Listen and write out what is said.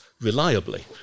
reliably